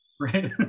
Right